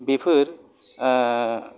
बेफोर